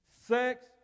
sex